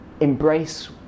embrace